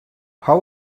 how